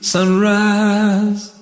Sunrise